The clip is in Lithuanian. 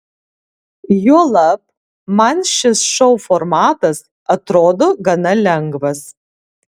juolab man šis šou formatas atrodo gana lengvas